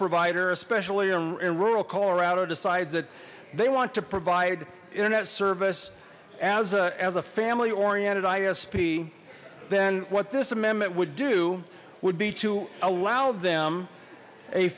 provider especially in rural colorado decides that they want to provide internet service as a family oriented isp then what this amendment would do would be to allow them a